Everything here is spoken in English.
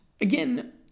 again